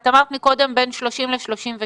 אמרת קודם בין 30 ל-32.